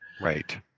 Right